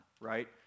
right